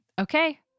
Okay